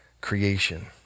creation